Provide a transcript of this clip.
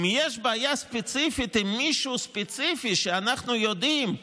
אם יש בעיה ספציפית עם מישהו ספציפי שאנחנו יודעים,